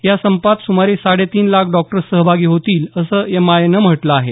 या संपात सुमारे साडे तीन लाख डॉक्टर्स सहभागी होतील असं आयएमएनं म्हटलं आहे